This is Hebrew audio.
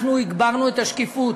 אנחנו הגברנו את השקיפות.